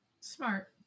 Smart